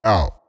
Out